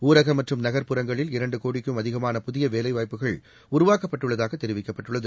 ஊரக மற்றும் நகர்ப்புறங்களில் இரண்டு கோடிக்கும் அதிகமான புதிய வேலை வாய்ப்புகள் உருவாக்கப்பட்டுள்ளதாகத் தெரிவிக்கப்பட்டுள்ளது